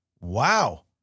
Wow